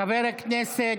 חבר הכנסת,